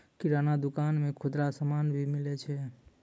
किराना दुकान मे खुदरा समान भी मिलै छै